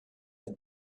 had